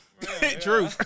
True